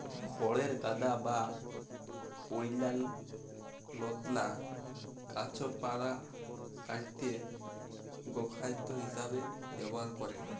খড়ের গাদা বা অইল্যাল্য লতালা গাহাচপালহা কাইটে গখাইদ্য হিঁসাবে ব্যাভার ক্যরে